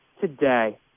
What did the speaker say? today